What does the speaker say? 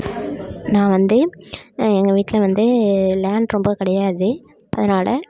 நான் வந்து எங்கள் வீட்டில் வந்து லேண்ட் ரொம்ப கிடையாது அதனால்